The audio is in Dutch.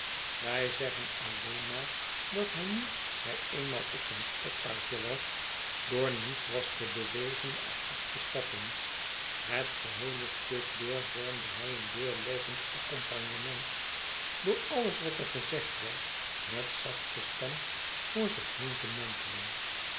wij zeggen alleen maar dat hij nu hij eenmaal op zijn stokpaardje was door niets was te bewegen er af te stappen het geheele stuk door vormde hij een doorloopend accompagnement door alles wat er gezegd werd met zachte stem voor zich heen te mompelen